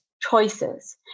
choices